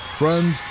friends